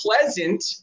pleasant